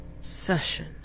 session